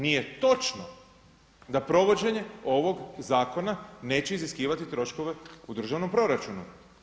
Nije točno da provođenje ovoga zakona neće iziskivati troškove u državnom proračunu.